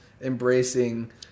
embracing